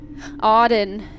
Auden